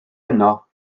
yno